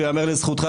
וייאמר לזכותך,